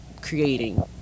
creating